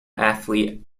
athlete